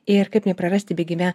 ir kaip neprarasti bėgime